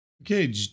Okay